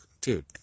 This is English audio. dude